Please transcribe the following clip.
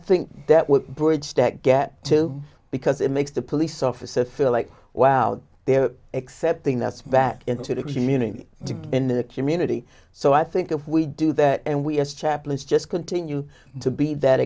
think that what bridge deck get to because it makes the police officer feel like wow they're accepting that's back into the community to be in the community so i think if we do that and we as chaplains just continue to be that